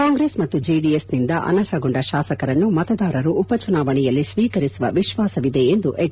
ಕಾಂಗ್ರೆಸ್ ಮತ್ತು ಜೆಡಿಎಸ್ನಿಂದ ಅನರ್ಹಗೊಂಡ ಶಾಸಕರನ್ನು ಮತದಾರರು ಉಪಚುನಾವಣೆಯಲ್ಲಿ ಸ್ವೀಕರಿಸುವ ವಿಶ್ವಾಸವಿದೆ ಎಂದು ಹೆಚ್